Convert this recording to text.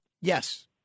Yes